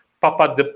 Papa